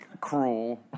cruel